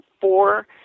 four